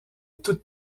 toute